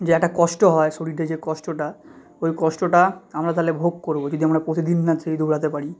যে একটা কষ্ট হয় শরীরে যে কষ্টটা ওই কষ্টটা আমরা তাহলে ভোগ করব যদি আমরা প্রতিদিন না সেই দৌড়াতে পারি